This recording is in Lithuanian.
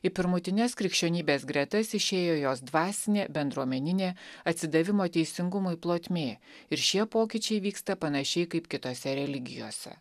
į pirmutines krikščionybės gretas išėjo jos dvasinė bendruomeninė atsidavimo teisingumui plotmė ir šie pokyčiai vyksta panašiai kaip kitose religijose